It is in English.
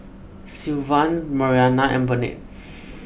Sylvan Marianna and Burnett